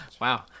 Wow